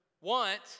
want